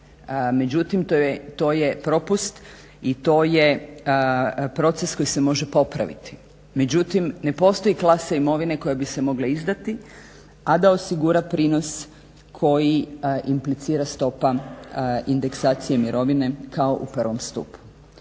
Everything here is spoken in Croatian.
međutim to je propust i to je proces koji se može popraviti, međutim ne postoji klasa imovine koja bi se mogla izdati, a da osigura prinos koji implicira stopa indeksacije mirovine kao u prvom stupu.